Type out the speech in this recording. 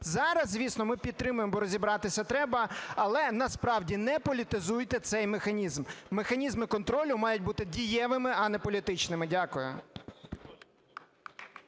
Зараз, звісно, ми підтримуємо, бо розібратися треба, але, насправді, не політизуйте цей механізм. Механізми контролю мають бути дієвими, а не політичними. Дякую.